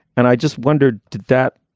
and i just wondered, did that